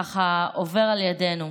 ככה עוברת לידנו.